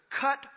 cut